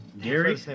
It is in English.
Gary